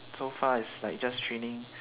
so far is like just training